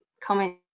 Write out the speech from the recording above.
comment